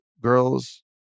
girls